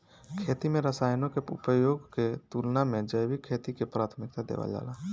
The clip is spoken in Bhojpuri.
खेती में रसायनों के उपयोग के तुलना में जैविक खेती के प्राथमिकता देवल जाला